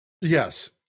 Yes